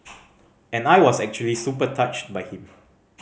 and I was actually super touched by him